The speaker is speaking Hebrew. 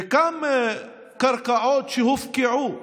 וגם קרקעות שהופקעו